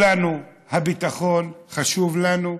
הביטחון חשוב לכולנו,